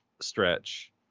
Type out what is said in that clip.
stretch